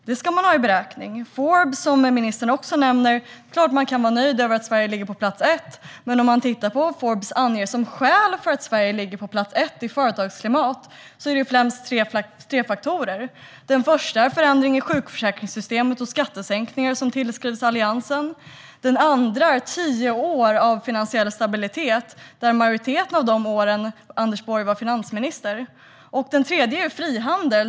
Det ska man ha med i beräkningen. Ministern nämnde också Forbes. Det är klart att man kan vara nöjd med att Sverige ligger på plats ett, men om man tittar på vad Forbes anger som skäl till att Sverige ligger på plats ett i fråga om företagsklimat är det främst tre faktorer. Den första faktorn är förändringar i sjukförsäkringssystemet och skattesänkningar som tillskrivs Alliansen. Den andra faktorn är tio år av finansiell stabilitet, och under majoriteten av de åren var Anders Borg finansminister. Den tredje faktorn är frihandel.